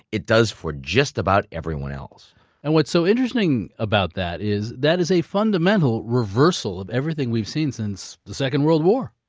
it does for just about everyone else and what's so interesting about that is that is a fundamental reversal of everything we've seen since the second world war.